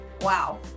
Wow